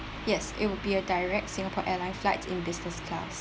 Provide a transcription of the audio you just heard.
yes it would be a direct singapore airlines flight in business class